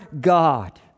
God